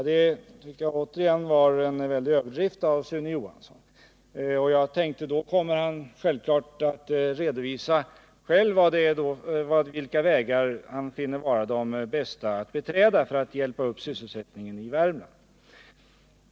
Det var återigen en väldig överdrift av Sune Johansson, och jag tänkte att nu kommer han naturligtvis själv att redovisa vilka vägar han finner vara de bästa att beträda för att hjälpa upp sysselsättningen i Värmland.